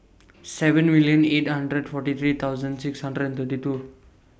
seven million eight hundred forty three thousand six hundred and thirty two